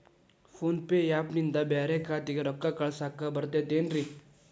Phone pay app ನಿಂದ ಬ್ಯಾರೆ ಖಾತೆಕ್ ರೊಕ್ಕಾ ಕಳಸಾಕ್ ಬರತೈತೇನ್ರೇ?